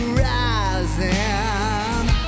rising